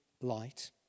light